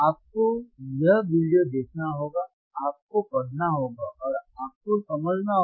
आपको यह वीडियो देखना होगा आपको पढ़ना होगा और आपको समझना होगा